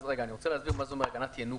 אז אני רוצה להסביר מה זה אומר הגנת ינוקא.